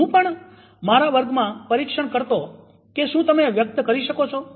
હું પણ મારા વર્ગમાં પરીક્ષણ કરતો કે શું તમે વ્યક્ત કરી શકો છો